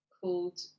called